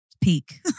peak